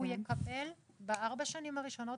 הוא יקבל בארבע השנים הראשונות